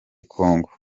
kongo